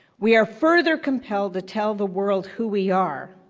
we are further compelled to tell the world who we are.